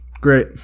Great